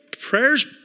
prayer's